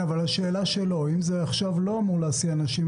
אם זה לא מול הסעת אנשים,